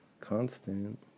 Constant